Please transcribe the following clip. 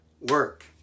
work